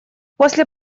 после